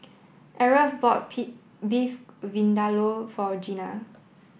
Aarav bought Beef Vindaloo for Gena